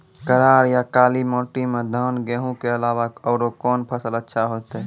करार या काली माटी म धान, गेहूँ के अलावा औरो कोन फसल अचछा होतै?